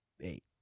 Eight